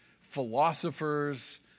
philosophers